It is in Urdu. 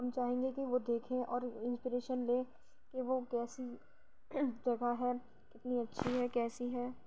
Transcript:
ہم چاہیں گے کہ وہ دیکھیں اور انسپریشن لیں کہ وہ کیسی جگہ ہے کتنی اچھی ہے کیسی ہے